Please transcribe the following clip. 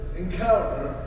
encounter